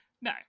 no